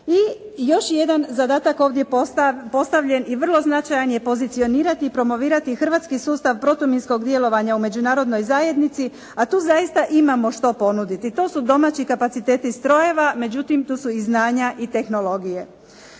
I još jedan zadatak je ovdje postavljen i vrlo značajan je pozicionirati i promovirati hrvatski sustav protuminskog djelovanja u Međunarodnoj zajednici, a tu zaista imamo što ponuditi. To su domaći kapaciteti strojeva, međutim tu su i znanja i tehnologije.